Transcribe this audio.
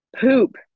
Poop